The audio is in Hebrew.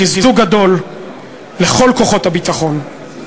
חיזוק גדול לכל כוחות הביטחון.